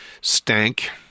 stank